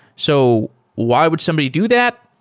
so why would somebody do that?